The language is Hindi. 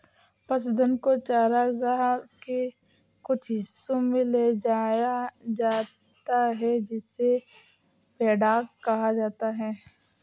पशुधन को चरागाह के कुछ हिस्सों में ले जाया जाता है जिसे पैडॉक कहा जाता है